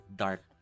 dark